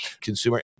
consumer